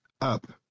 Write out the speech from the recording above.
up